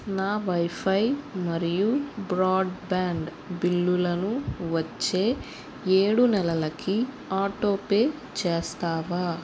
నా వైఫై మరియు బ్రాడ్బ్యాండ్ బిల్లులను వచ్చే ఏడు నెలలకి ఆటోపే చేస్తావా